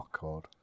God